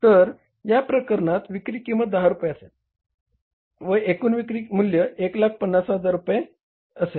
तर या प्रकरणात विक्री किंमत 10 रुपये असेल व एकूण विक्री मूल्य 150000 रुपये असेल